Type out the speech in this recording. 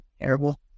terrible